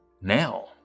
now